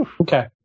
Okay